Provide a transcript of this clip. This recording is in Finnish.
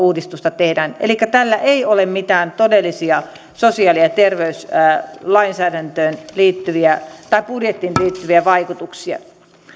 uudistusta tehdään elikkä tällä ei ole mitään todellisia sosiaali ja ja terveyslainsäädäntöön liittyviä tai budjettiin liittyviä vaikutuksia